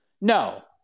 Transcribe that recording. No